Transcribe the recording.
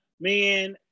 man